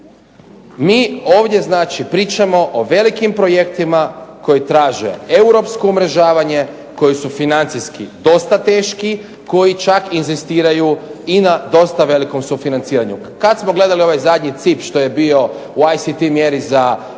mi ovdje pričamo o velikim projektima koji traže europsko umrežavanje, koji su financijski dosta teški, koji čak inzistiraju i na dosta velikom sufinanciranju. Kad smo gledali ovaj zadnji CIP što je bio u ICT mjeri za digitalne